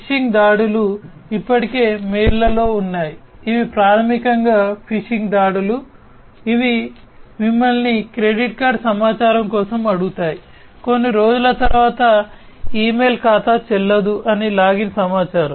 fishing దాడులు ఇప్పటికే ఇమెయిల్లలో ఉన్నవి ఇవి ప్రాథమికంగా ఫిషింగ్ దాడులు ఇవి మిమ్మల్ని క్రెడిట్ కార్డ్ సమాచారం కోసం అడుగుతాయి కొన్ని రోజుల తర్వాత ఇమెయిల్ ఖాతా చెల్లదు అని లాగిన్ సమాచారం